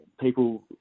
people